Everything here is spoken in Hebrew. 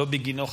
לא בגינו חתמתי.